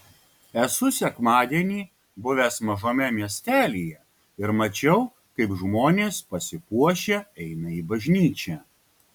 esu sekmadienį buvęs mažame miestelyje ir mačiau kaip žmonės pasipuošę eina į bažnyčią